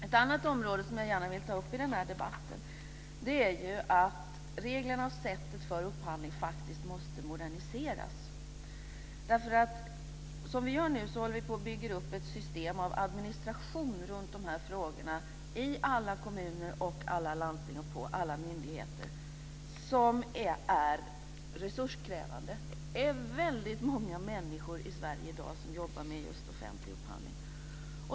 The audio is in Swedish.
Ett annat område som jag gärna vill ta upp i den här debatten är att reglerna och sättet för upphandling faktiskt måste moderniseras. Nu håller vi på att bygga upp ett system av administration runt de här frågorna i alla kommuner, i alla landsting och i alla myndigheter som är resurskrävande. Det är väldigt många människor i Sverige i dag som jobbar med offentlig upphandling.